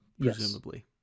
Presumably